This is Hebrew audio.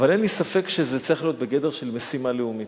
אבל אין לי ספק שזה צריך להיות בגדר של משימה לאומית.